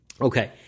Okay